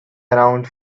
around